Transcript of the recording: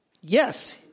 Yes